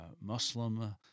Muslim